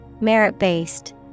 Merit-based